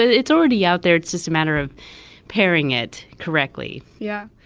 it's already out there, it's just a matter of pairing it correctly yeah.